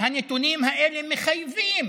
הנתונים האלה מחייבים